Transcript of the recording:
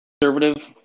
conservative